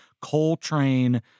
Coltrane